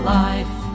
life